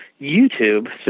YouTube